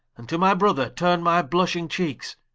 and to my brother turne my blushing cheekes.